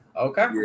Okay